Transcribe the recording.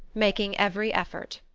making every effort.